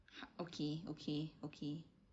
okay okay okay